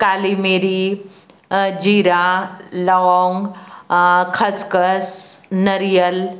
काली मिरी जीरा लौंग खसखस नरियल